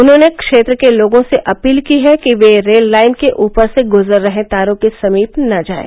उन्होंने क्षेत्र के लोगों से अपील की है कि वे रेल लाइन के ऊपर से गुजर रहे तारों के समीप न जाएं